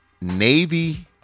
Navy